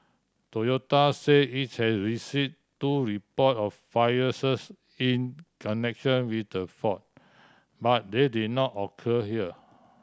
Toyota say it's has receive two report of fires in connection with the fault but they did not occur here